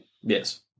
Yes